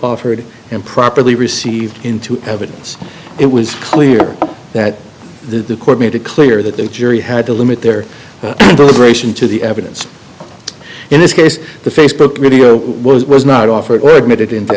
offered and properly received into evidence it was clear that the court made it clear that the jury had to limit their deliberation to the evidence in this case the facebook video was was not offered were admitted into